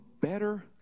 better